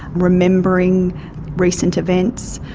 remembering recent events,